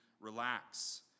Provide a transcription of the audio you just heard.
relax